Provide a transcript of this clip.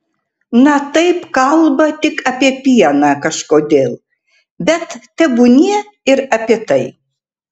na taip kalba tik apie pieną kažkodėl bet tebūnie ir apie tai